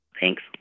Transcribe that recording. thanks